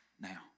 now